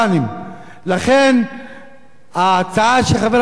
לכן ההצעה שהביא חבר הכנסת חמד עמאר,